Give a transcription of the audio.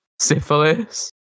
Syphilis